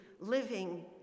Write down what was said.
living